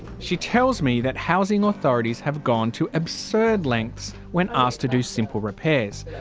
she tells me that housing authorities have gone to absurd lengths when asked to do simple repairs.